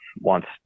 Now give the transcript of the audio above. wants